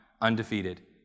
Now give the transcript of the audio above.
undefeated